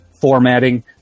formatting